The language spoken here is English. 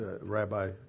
Rabbi